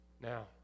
Now